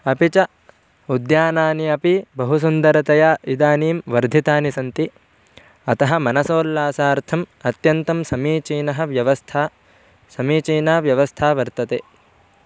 अपि च उद्यानानि अपि बहु सुन्दरतया इदानीं वर्धितानि सन्ति अतः मनसोल्लासार्थम् अत्यन्तं समीचीना व्यवस्था समीचीना व्यवस्था वर्तते